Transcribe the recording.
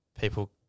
People